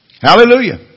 Hallelujah